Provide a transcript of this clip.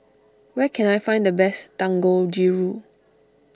where can I find the best Dangojiru